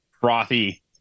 frothy